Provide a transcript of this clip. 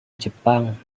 jepang